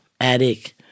addict